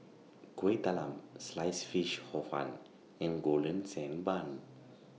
Kuih Talam Sliced Fish Hor Fun and Golden Sand Bun